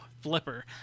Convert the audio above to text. Flipper